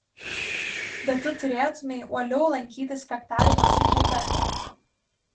bet tu turėtumei uoliau lankytis fechtavimosi klube